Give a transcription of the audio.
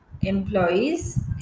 employees